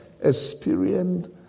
experienced